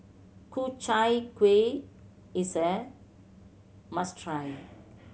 Ku Chai Kueh is a must try